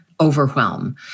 overwhelm